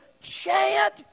chant